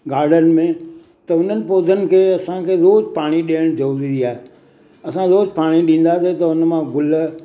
garden में त हुननि पौधनि खे असांखे रोज़ु पाणी ॾियणु ज़रूरी आहे असां रोज़ु पाणी ॾींदासीं त हुन मां गुल